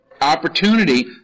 opportunity